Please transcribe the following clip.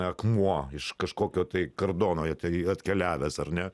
akmuo iš kažkokio tai kardono tai atkeliavęs ar ne